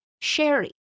Sherry